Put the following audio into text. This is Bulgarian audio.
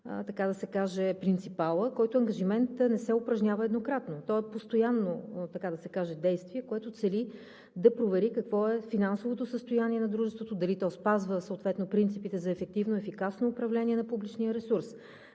ангажимент на принципала, който ангажимент не се упражнява еднократно. Той е в постоянно действие, така да се каже, което цели да провери какво е финансовото състояние на дружеството, дали то спазва съответно принципите за ефективно, ефикасно управление на публичния ресурс.